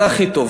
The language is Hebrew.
זה הכי טוב,